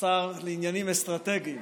השר לעניינים אסטרטגיים